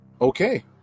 Okay